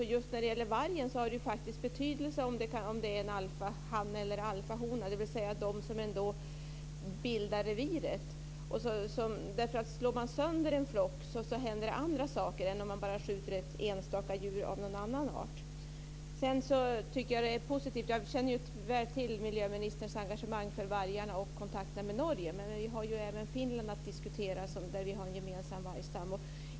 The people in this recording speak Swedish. Och just när det gäller vargen har det faktiskt betydelse om det är en alfahanne eller en alfahona, dvs. de som ändå bildar reviret. Om man slår sönder en flock så händer andra saker än om man bara skjuter ett enstaka djur av någon annan art. Jag känner ju väl till miljöministerns engagemang för vargarna och hans kontakter med Norge. Men vi har ju även en vargstam som är gemensam med Finland.